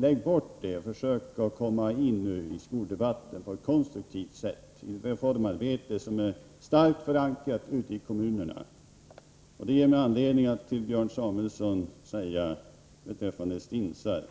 Lägg bort det och försök komma in i skoldebatten på ett konstruktivt sätt! Reformen är starkt förankrad ute i kommunerna, och det ger mig anledning att säga till Björn Samuelson beträffande stinsar